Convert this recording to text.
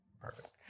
Perfect